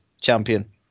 champion